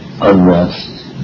unrest